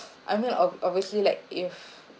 I'm gonna ob~ obviously like if